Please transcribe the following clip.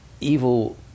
evil